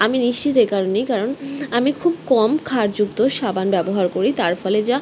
আমি নিশ্চিত এ কারণেই কারণ আমি খুব কম ক্ষারযুক্ত সাবান ব্যবহার করি তার ফলে যা